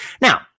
Now